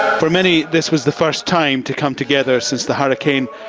for many, this was the first time to come together since the hurricane.